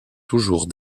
toujours